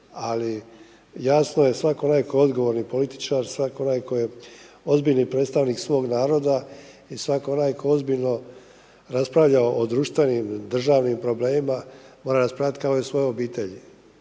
Ali jasno je svako onaj tko je odgovoran političar, svako onaj tko je ozbiljni predstavnik svog naroda i svako onaj koji ozbiljno raspravlja o društvenim, državnim problemima mora raspravljati ako u svojoj obitelji.